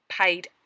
paid